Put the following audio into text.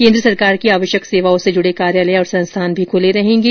केन्द्र सरकार की आवयक सेवाओं से जुडे कार्यालय और संस्थान खुले रहेंगे